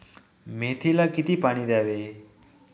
मेथीला किती पाणी द्यावे?